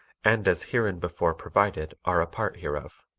and as hereinbefore provided are a part hereof.